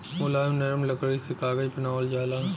मुलायम नरम लकड़ी से कागज बनावल जाला